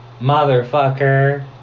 Motherfucker